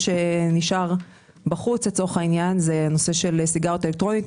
שנשאר בחוץ לצורך העניין זה הנושא של הסיגריות האלקטרוניות,